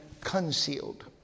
concealed